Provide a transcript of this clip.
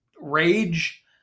rage